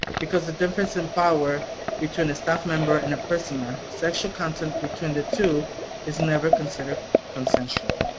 because the difference in power between a staff member and a prisoner. sexual contact between the two is never considered consensual,